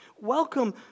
Welcome